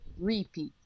Repeat